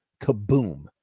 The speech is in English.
Kaboom